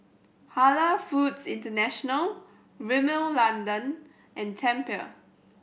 Halal Foods International Rimmel London and Tempur